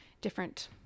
different